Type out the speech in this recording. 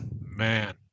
man